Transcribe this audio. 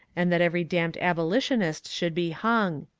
and that every damned abolitionist should be hung.